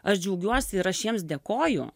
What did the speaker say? aš džiaugiuosi ir aš jiems dėkoju